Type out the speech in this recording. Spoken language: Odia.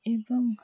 ଏବଂ